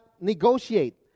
negotiate